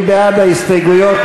מי בעד ההסתייגויות?